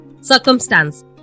circumstance